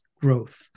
growth